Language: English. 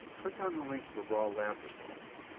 click on the link for raw lab results.